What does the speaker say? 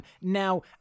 Now